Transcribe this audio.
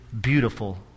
beautiful